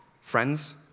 friends